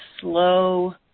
slow